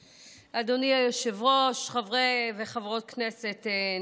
אדוני היושב-ראש, חברי וחברות כנסת נכבדים,